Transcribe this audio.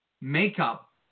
makeup